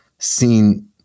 Seen